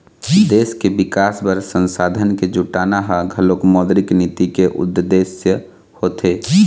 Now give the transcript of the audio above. देश के बिकास बर संसाधन के जुटाना ह घलोक मौद्रिक नीति के उद्देश्य होथे